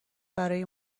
برای